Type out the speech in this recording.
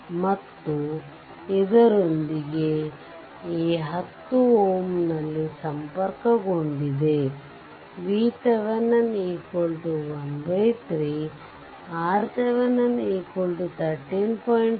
ಮತ್ತು ಇದರೊಂದಿಗೆ ಈ 10 Ω ಇಲ್ಲಿ ಸಂಪರ್ಕಗೊಂಡಿದೆ VThevenin 13 ಮತ್ತು RThevenin 13